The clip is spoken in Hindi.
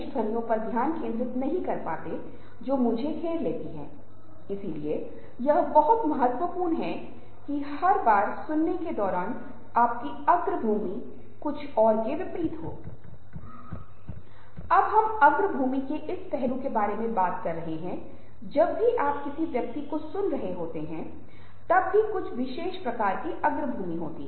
इसलिए यह समझना होगा कि लोग कैसे बोल रहे हैं और यह बहुत महत्वपूर्ण है क्योंकि हम दूसरों की शैली को नहीं बदल सकते हैं लेकिन साथ ही हम समझ सकते हैं और यदि हम दूसरों की शैलियों के बारे में बेहतर समझ रखते हैं तो शायद यह परिवर्तन आसान हो जाता है